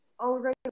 already